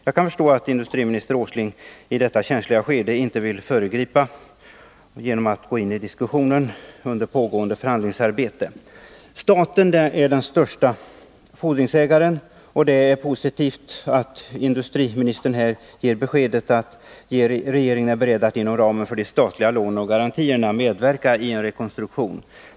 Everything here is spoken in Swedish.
Jag kan förstå att industriminister Åsling inte vill gå in i någon diskussion medan dessa känsliga förhandlingar pågår. Staten är den största fordringsägaren, och det är positivt att industriministern här ger beskedet att regeringen är beredd att inom ramen för de statliga lånen och garantierna medverka till en rekonstruktion.